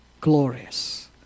glorious